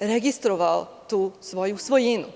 registrovao tu svoju svojinu?